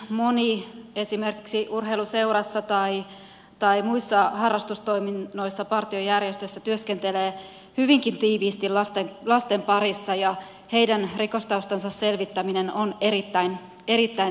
nykyiselläänkin esimerkiksi urheiluseurassa tai muissa harrastustoiminnoissa partiojärjestöissä moni työskentelee hyvinkin tiiviisti lasten parissa ja heidän rikostaustansa selvittäminen on erittäin tärkeää